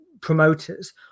promoters